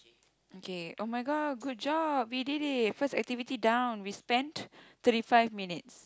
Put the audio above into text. okay oh-my-god good job we did it first activity down we spent thirty five minutes